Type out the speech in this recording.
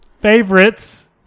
favorites